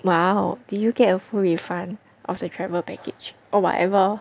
!wow! did you get a full refund of the travel package or whatever